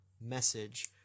message